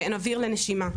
ואין אוויר לנשימה.